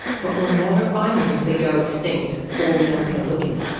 but we'll never find them if they go extinct or we don't go looking.